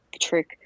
trick